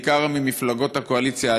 בעיקר ממפלגות הקואליציה,